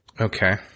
Okay